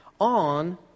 on